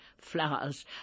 Flowers